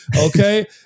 Okay